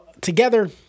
together